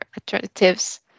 alternatives